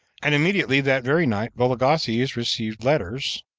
and immediately that very night vologases received letters,